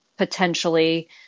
Potentially